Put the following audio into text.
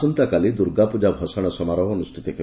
ଆସନ୍ତାକାଲି ଦୁର୍ଗାପ୍ରକା ଭସାଶ ସମାରୋହ ଅନୁଷ୍ଷିତ ହେବ